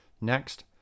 Next